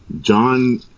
John